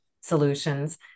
solutions